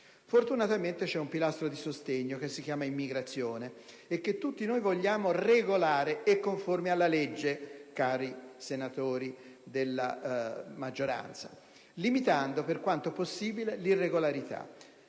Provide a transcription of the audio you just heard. Fortunatamente, c'è un pilastro di sostegno, che si chiama immigrazione e che tutti noi vogliamo regolare e conforme alla legge, limitando, per quanto possibile, l'irregolarità;